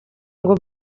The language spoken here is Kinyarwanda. ngo